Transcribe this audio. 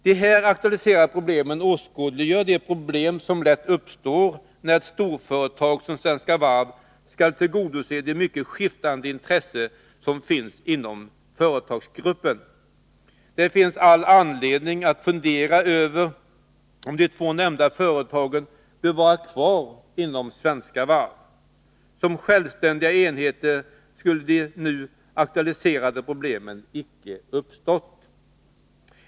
De här aktualiserade exemplen åskådliggör de problem som lätt uppstår när ett storföretag som Svenska Varv skall tillgodose de mycket skiftande intressen som finns inom företagsgruppen. Det finns all anledning att fundera över om de två nämnda företagen bör vara kvar inom Svenska Varv. Om de varit självständiga enheter, skulle de nu aktualiserade problemen inte ha uppstått.